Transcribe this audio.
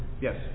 yes